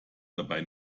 dabei